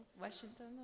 Washington